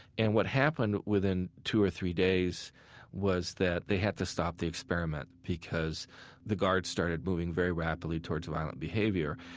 and what happened within two or three days was that they had to stop the experiment because the guards starting moving very rapidly towards violent behavior.